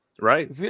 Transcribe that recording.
Right